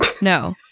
No